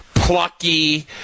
plucky